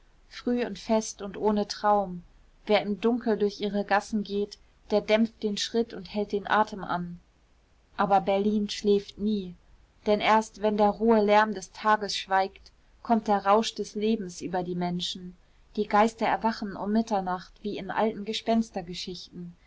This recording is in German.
früh und fest und ohne traum wer im dunkel durch ihre gassen geht der dämpft den schritt und hält den atem an aber berlin schläft nie denn erst wenn der rohe lärm des tages schweigt kommt der rausch des lebens über die menschen die geister erwachen um mitternacht wie in alten